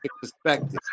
perspective